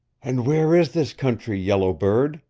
and where is this country, yellow bird?